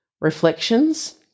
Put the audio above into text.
reflections